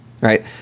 right